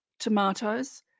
tomatoes